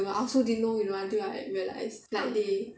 I also didn't know you know until I realise like they